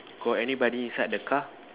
got anybody inside the car